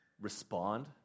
respond